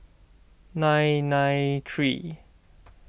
nine nine three